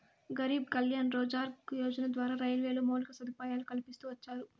గరీబ్ కళ్యాణ్ రోజ్గార్ యోజన ద్వారా రైల్వేలో మౌలిక సదుపాయాలు కల్పిస్తూ వచ్చారు